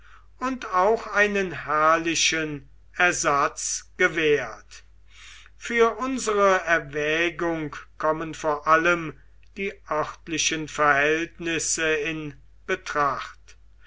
und auch einen herrlichen ersatz gewährt für unsere erwägung kommen vor allem die örtlichen verhältnisse in betracht